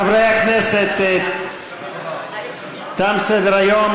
חברי הכנסת, תם סדר-היום.